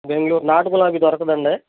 బెంగళూరు నాటు గులాబీ దొరకదండి